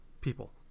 people